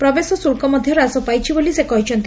ପ୍ରବେଶ ଶୁଲ୍କ ମଧ୍ଧ ହ୍ରାସ ପାଇଛି ବୋଲି ସେ କହିଛନ୍ତି